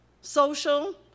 social